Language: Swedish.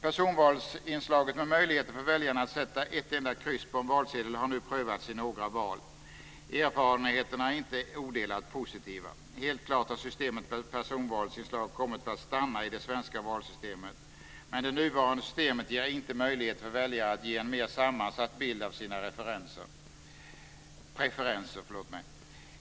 Personvalsinslaget, med möjligheter för väljaren att sätta ett enda kryss på en valsedel, har nu prövats i några val. Erfarenheterna är inte odelat positiva. Helt klart har systemet med personvalsinslag kommit för att stanna i det svenska valsystemet, men det nuvarande systemet ger inte möjlighet för väljaren att ge en mer sammansatt bild av sina preferenser.